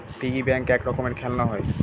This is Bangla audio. পিগি ব্যাঙ্ক এক রকমের খেলনা হয়